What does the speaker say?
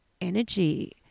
energy